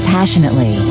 Passionately